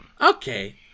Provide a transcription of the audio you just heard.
Okay